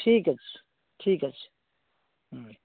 ଠିକ୍ ଅଛି ଠିକ୍ ଅଛି ହୁଁ